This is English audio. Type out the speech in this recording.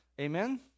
amen